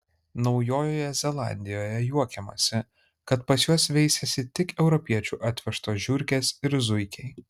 naujojoje zelandijoje juokiamasi kad pas juos veisiasi tik europiečių atvežtos žiurkės ir zuikiai